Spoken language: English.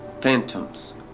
phantoms